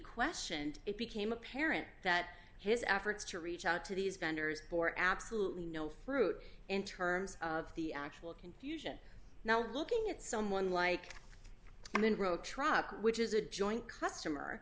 questioned it became apparent that his efforts to reach out to these vendors for absolutely no fruit in terms of the actual confusion now looking at someone like and then wrote tribe which is a joint customer